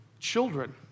Children